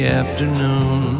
afternoon